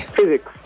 Physics